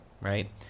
Right